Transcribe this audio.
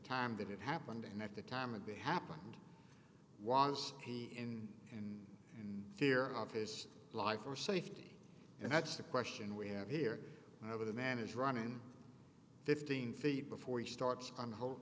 time that it happened and at the time of the happened was he in and in fear of his life or safety and that's the question we have here over the man is running fifteen feet before he starts on